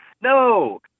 no